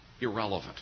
irrelevant